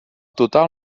total